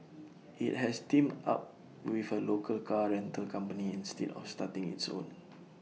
IT has teamed up with A local car rental company instead of starting its own